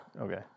Okay